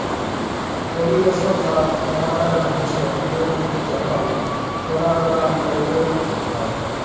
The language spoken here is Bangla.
পালিলেশল বা পরাগায়ল হচ্যে ফুলের মধ্যে যখল পরাগলার লেলদেল হয়